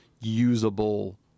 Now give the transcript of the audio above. usable